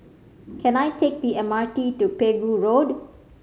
can I take the M R T to Pegu Road